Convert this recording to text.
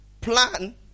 plan